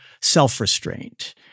self-restraint